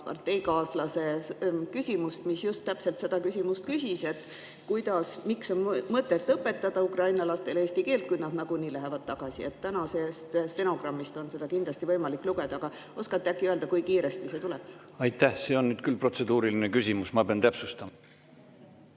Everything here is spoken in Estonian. parteikaaslase küsimust, milles ta just täpselt sedasama küsis, miks on mõtet õpetada Ukraina lastele eesti keelt, kui nad nagunii lähevad tagasi. Tänasest stenogrammist on seda kindlasti võimalik lugeda. Kas te oskate äkki öelda, kui kiiresti see tuleb? Aitäh! See on nüüd küll protseduuriline küsimus, ma pean täpsustama.